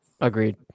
Agreed